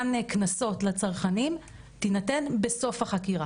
מתן קנסות לצרכנים יהיה בסוף החקירה.